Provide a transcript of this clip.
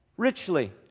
Richly